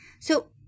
So-